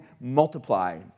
multiply